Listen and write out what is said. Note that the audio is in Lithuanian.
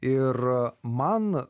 ir man